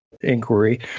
inquiry